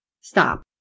Stop